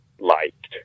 liked